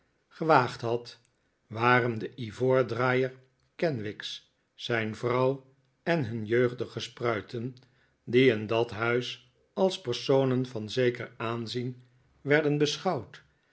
gewaagd had waren de ivoordraaier kenwigs zijn vrouw en hun jeugdige spruiten die in dat huis als personen van zeker aanzien werden beschouwd